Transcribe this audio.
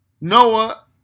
Noah